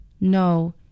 No